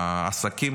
העסקים